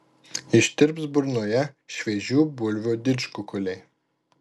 ištirps burnoje šviežių bulvių didžkukuliai